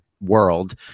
world